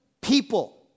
people